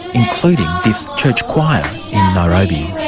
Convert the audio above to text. including this church choir in nairobi.